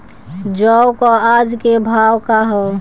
जौ क आज के भाव का ह?